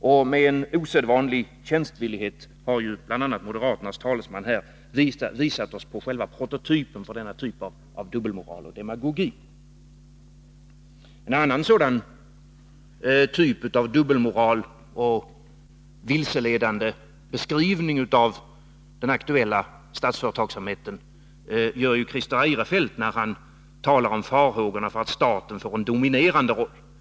Och med en osedvanlig tjänstvillighet har bl.a. moderaternas talesman här visat på själva prototypen för denna dubbelmoral och demagogi. En annan sådan typ av dubbelmoral och vilseledande beskrivning av den aktuella statsföretagsamheten är det fråga om när Christer Eirefelt talar om farhågorna för att staten får en dominerande roll.